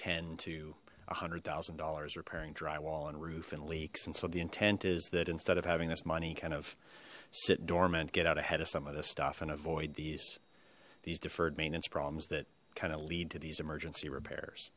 ten to a hundred thousand dollars repairing dry wall and roof and leaks and so the intent is that instead of having this money kind of sit dormant get out ahead of some of this stuff and avoid these these deferred maintenance problems that kind of lead to these emergency repairs